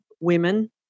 women